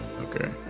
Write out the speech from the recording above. Okay